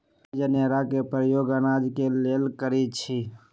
हम जनेरा के प्रयोग अनाज के लेल करइछि